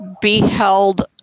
beheld